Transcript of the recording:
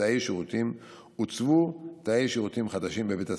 תאי שירותים, הוצבו תאי שירותים חדשים בבית הספר,